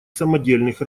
самодельных